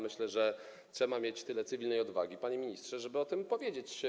Myślę, że trzeba mieć tyle cywilnej odwagi, panie ministrze, żeby o tym powiedzieć.